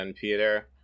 Peter